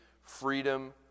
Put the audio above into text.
freedom